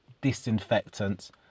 disinfectants